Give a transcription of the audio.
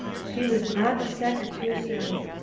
she was not a second too soon.